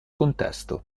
contesto